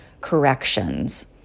corrections